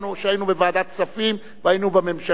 שהיינו בוועדת כספים והיינו בממשלות,